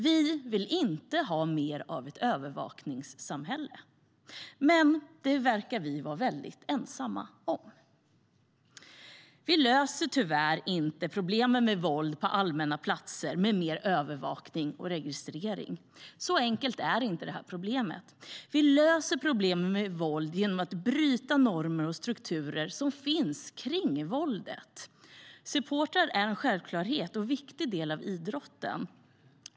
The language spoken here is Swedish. Vi vill inte ha mer av ett övervakningssamhälle. Men det verkar vi vara mycket ensamma om. Vi löser tyvärr inte problemet med våld på allmänna platser med mer övervakning och registrering. Så enkelt är inte detta problem. Vi löser problemet med våld genom att bryta normer och strukturer som finns kring våldet. Supportrar är en självklar och viktig del av idrotten.